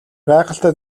гайхалтай